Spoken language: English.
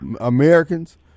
Americans